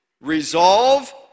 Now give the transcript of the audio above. Resolve